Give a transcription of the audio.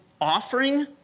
offering